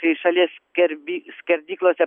kai šalies gerbėjus skerdyklose